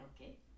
okay